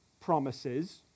promises